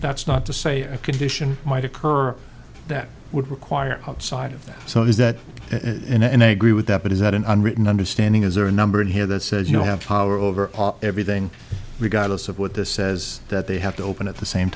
that's not to say a condition might occur that would require outside of that so there's that and i agree with that but is that an unwritten understanding is there a number here that says you have power over everything regardless of what this says that they have to open at the same